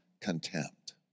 contempt